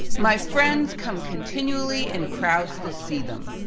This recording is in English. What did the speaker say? my friends come continually in crowds to see them.